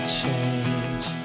change